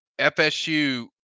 FSU